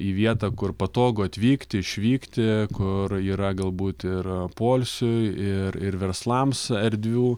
į vietą kur patogu atvykti išvykti kur yra galbūt ir poilsio ir ir verslams erdvių